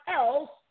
else